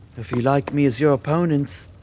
if you like me as your opponent,